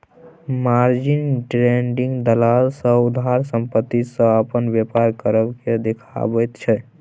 margin trading दलाल सँ उधार संपत्ति सँ अपन बेपार करब केँ देखाबैत छै